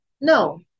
No